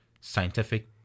scientific